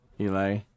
Eli